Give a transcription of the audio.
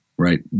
Right